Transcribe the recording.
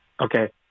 Okay